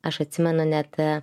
aš atsimenu net